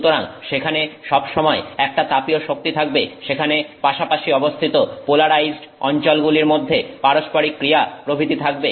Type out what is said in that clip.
সুতরাং সেখানে সবসময় একটা তাপীয় শক্তি থাকবে সেখানে পাশাপাশি অবস্থিত পোলারাইজড অঞ্চলগুলির মধ্যে পারস্পরিক ক্রিয়া প্রভৃতি থাকবে